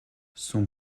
son